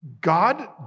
God